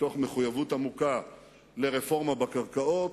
מתוך מחויבות עמוקה לרפורמה בקרקעות,